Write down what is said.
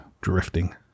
drifting